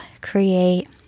create